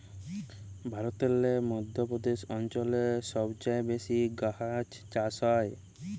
ভারতেল্লে মধ্য প্রদেশ অঞ্চলে ছব চাঁঁয়ে বেশি গাহাচ চাষ হ্যয়